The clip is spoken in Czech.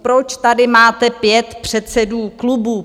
Proč tady máte 5 předsedů klubů!